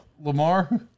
Lamar